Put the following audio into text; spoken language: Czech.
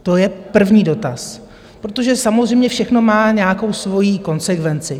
To je první dotaz, protože samozřejmě všechno má nějakou svojí konsekvenci.